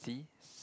see